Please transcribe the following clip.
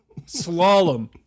Slalom